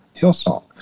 Hillsong